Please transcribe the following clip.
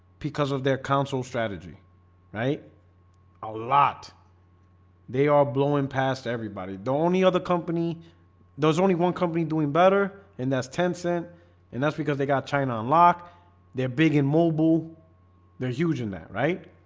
because of their council strategy right a lot they are blowing past everybody the only other company there's only one company doing better and that's ten cent and that's because they got china unlock they're big in mobile they're huge in that right?